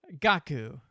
Gaku